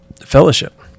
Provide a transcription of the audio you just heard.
Fellowship